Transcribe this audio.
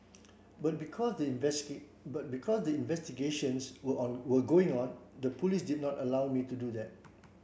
but because the but because the investigations were on were going on the police did not allow me to do that